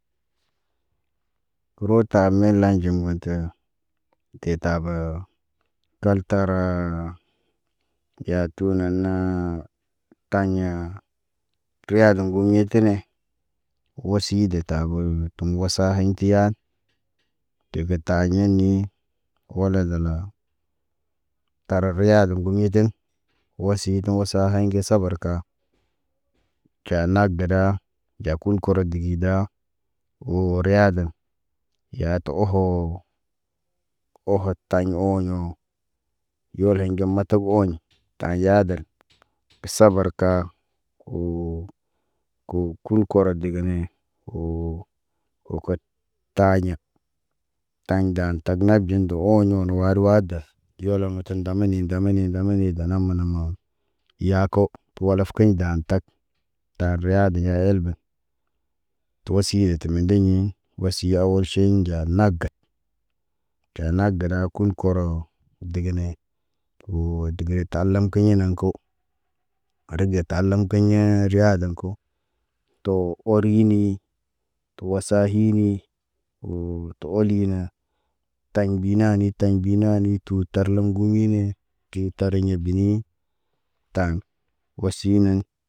Kurata melaɟəmbəltə. De ta bo. Kaltara. Yatu naana. Taɲa. Tuwadi ŋgumutine. Woside detaboo tum wasa hiɲ tiya. Dega taye ɲenii, wolo dala. Kara riyadə də mitiŋg. Wasi doŋ də wasa haɲ ŋge sabarka. Caana gəda, ɟa kul koro digida. Wo riyadən. Ya tu oho. Oho taɲ oɲõ. Yoloɲ ge matak oɲ, taɲ yaadən, sabar ka woo. Ko kuɲ koro digene. Woo, wo kət taɲa. Taɲ dan tak nad ɟundo to ooɲõ wad wadal, yolol ŋgata ndama ninda damani damani dana mand mool. Yaako, walof kiɲ dan tak. Tar riyade ya el ben. To osiye ti mendeɲẽ. Wasi ya olʃeŋg ga nag gat. Caan nak gada kuɲ korono, degene. Woo degene ta alam kiɲe naŋg ko. Adum ta alam kiɲẽ, riyada ko. Too or linii. To wasa hinii. Woo tu oline. Taɲ bi naanit taɲ binani tu tarnəm gumine. Tu tar ɲi binii. Tan, wosinen. Mataki ilee. Roɲ dede kal tara nan. Kasabark nɟa nak gada. Woo kə sabarku ge woo. Woo, wo kum koro digini. Woo zumleɲ ɲaa ga ta, taya tayen fenaŋg ko. Kiɟ owara nee, woo. Kor taabə arege Dob kam yaako. Cel deeye ta alam ka. Too, kalde degen tariɲa ye ak tə oŋg. Ta oŋg tariɲa elben. Ene wosi de tabo. Tu wasaa hine de tabo kaltara. Kaltara miʃil kal tara. Tera yadenen. Hey, wo riyadiya got koolo. Min dee, taɲ indam bal nanee taɲ kal kə. Caɲ mada. Ɓas kursu. Wo kalka naaŋga bo. Tuteɲ guwinee. Naa ŋga batar guniita. Tar guni tə. ɟa tuteɲ ɟaa ge, tute zi ge, ŋgok ge. Dalek geele darlek daamenen. Matak el ben. Woo yolheɲ nɟel deyaa. Oho nak gada. Teeke ɟaa nag gada. Zar raho waro waro waro də del. Ta te ndeele, elbini ya, hano wosi de tap tə wosa hana de. De yatu na de kal tar riyadaten. ɟaa nag dada. Wo ɟa, ɟa nag ŋgalida. Woo, ɟa nag ŋgalida woo. ɟaa, ɟa ta rut to gada. Aʃen kuɲ koro dəga. Kuɲ koro digiɲee, kode dəgan tariɲ royatə. Naŋgə ki yi daana, wo batan bob kiɲa, woo yaako naŋg tub. Uɲe dan. Tata nabun ne el bini. Heya taanan wosi yetu wasaa hana dede kalkə. Taɲ, taɲ riyadə tə. Woŋg wosi, miʃe lanɟim, bohono kal tari yolo. Yol hoo, hariya dəŋgənə yolti tigi ŋgum ge naan ne. Awal ʃey tuwasa haɲ tə. Wasa haɲ tə sabur. Sabur ka ɟaa nag gada. Woo, de de tariɲ ruyaa tanaŋg kuɲa. Helben ndom kam yaakətə uunu. Yaa gə dək tara gal ha ɲi ŋgudug, kuuru elen degen daanan, hay ya, hana wosi derab wasaɲ. Ta wasa wot ma tak ko tu uru ŋgal. Caan naz gəda, wo kə kay daana, wokə sabarka, kooŋg riyaada.